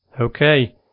Okay